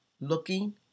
looking